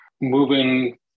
moving